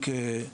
בעדו.